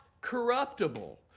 corruptible